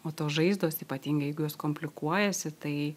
o tos žaizdos ypatingai jeigu jos komplikuojasi tai